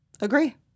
Agree